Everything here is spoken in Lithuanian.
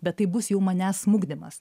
bet tai bus jau manęs smukdymas